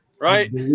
right